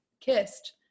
kissed